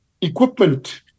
equipment